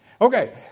okay